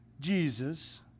Jesus